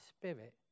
spirit